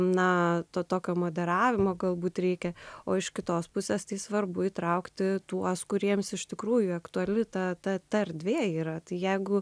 na to tokio modeliavimo galbūt reikia o iš kitos pusės tai svarbu įtraukti tuos kuriems iš tikrųjų aktuali ta ta ta erdvė yra tai jeigu